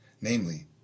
namely